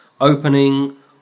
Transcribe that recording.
opening